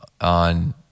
on